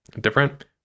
different